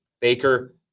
Baker